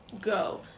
go